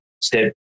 step